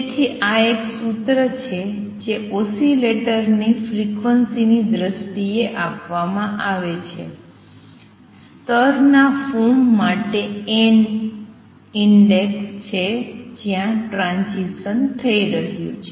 તેથી આ એક સૂત્ર છે જે ઓસિલેટરની ફ્રિક્વન્સી ની દ્રષ્ટિએ આપવામાં આવે છે સ્તરના ફોર્મ માટે n ઇન્ડેક્સ છે જ્યાં ટ્રાંઝીસન થઈ રહ્યું છે